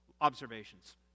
observations